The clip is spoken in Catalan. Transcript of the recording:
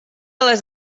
les